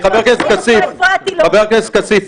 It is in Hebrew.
--- חבר הכנסת כסיף.